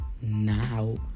now